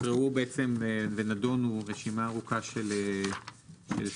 הוקראו ונדונו רשימה ארוכה של סעיפים.